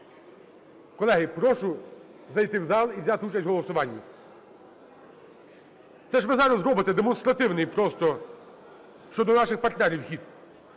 Колеги, прошу зайти в зал і взяти участь у голосуванні. Це ж ви зараз робите демонстративний просто щодо ваших партнерів хід.